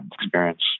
experience